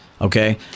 Okay